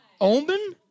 Omen